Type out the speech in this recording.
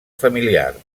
familiar